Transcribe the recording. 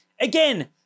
again